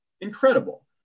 incredible